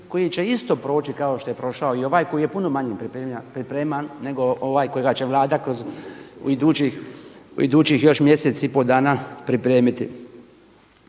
kao što je prošao kao što je prošao i ovaj koji je puno manje pripreman nego ovaj kojega će Vlada u idućih još mjesec i pol dana pripremiti.